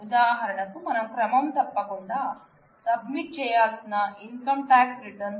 ఉదాహరణకు మనం క్రమం తప్పకుండా సబ్మిట్ చేయాల్సిన ఇన్కమ్ టాక్స్ రిటర్న్ లు